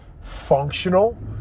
functional